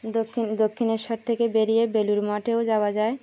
দক্ষিণ দক্ষিণেশ্বর থেকে বেরিয়ে বেলুর মাঠেও যাওয়া যায়